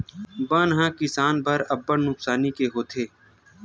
बन ह किसान बर अब्बड़ नुकसानी के होथे